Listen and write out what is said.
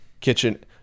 Kitchen